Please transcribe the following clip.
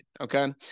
okay